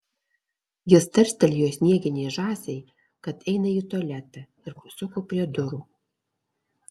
jis tarstelėjo snieginei žąsiai kad eina į tualetą ir pasuko prie durų